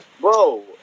bro